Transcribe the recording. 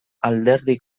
alderdi